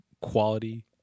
quality